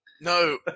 No